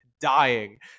dying